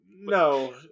No